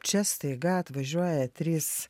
čia staiga atvažiuoja trys